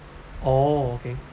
oh okay